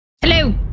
Hello